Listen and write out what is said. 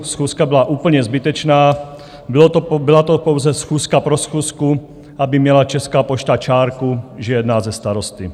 Schůzka byla úplně zbytečná, byla to pouze schůzka pro schůzku, aby měla Česká pošta čárku, že jedná se starosty.